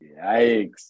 Yikes